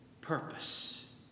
purpose